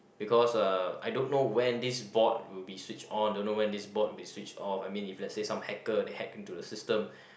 because uh I don't know when this board when be switch on I don't know when this board will be switch off I mean if let's say some hacker they hack into the system